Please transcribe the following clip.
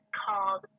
called